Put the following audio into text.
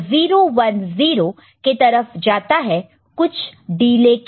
यह 010 के तरफ जाता है कुछ डिले के बाद